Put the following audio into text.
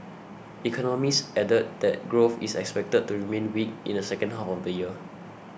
economists added that growth is expected to remain weak in the second half of the year